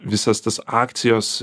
visos tos akcijos